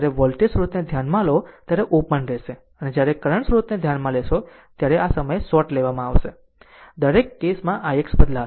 જ્યારે વોલ્ટેજ સ્ત્રોતને ધ્યાનમાં લો ત્યારે આ ઓપન રહેશે જ્યારે કરંટ સ્રોતને ધ્યાનમાં લેશે આ સમયે શોર્ટ લેવામાં આવશે દરેક કેસ ix બદલાશે